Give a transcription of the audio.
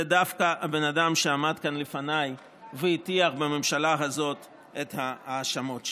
זה דווקא הבן אדם שעמד כאן לפניי והטיח בממשלה הזאת את ההאשמות שלו.